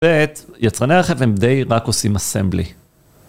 ויצרני רכב הם די רק עושים אסמבלי.